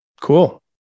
Cool